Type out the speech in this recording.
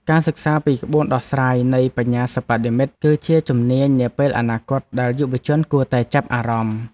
ការសិក្សាពីក្បួនដោះស្រាយនៃបញ្ញាសិប្បនិម្មិត គឺជាជំនាញនាពេលអនាគតដែលយុវជនគួរតែចាប់អារម្មណ៍។